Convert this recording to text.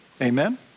Amen